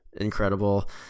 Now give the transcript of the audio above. incredible